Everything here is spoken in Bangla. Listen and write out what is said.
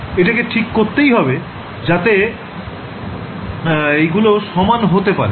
এটাকে ঠিক করতেই হবে যাতে এই গুলো সমান হতে পারে